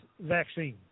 vaccine